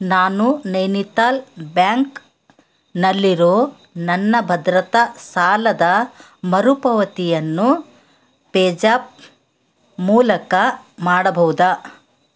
ನಾನು ನೈನಿತಾಲ್ ಬ್ಯಾಂಕ್ನಲ್ಲಿರೋ ನನ್ನ ಭದ್ರತಾ ಸಾಲದ ಮರುಪಾವತಿಯನ್ನು ಪೇ ಜ್ಯಾಪ್ ಮೂಲಕ ಮಾಡಬಹುದಾ